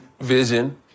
vision